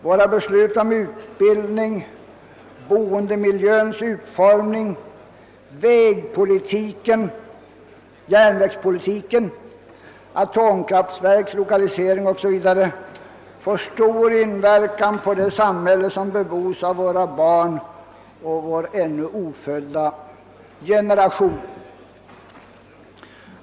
Våra beslut om utbildningen, boendemiljöns utformning, vägpolitiken, järnvägspolitiken, atomkraftverkens lokalisering o.s.v. får stor inverkan på det samhälle som bebos av våra barn och av ännu ofödda generationer.